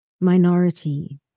minority